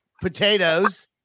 potatoes